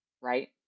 Right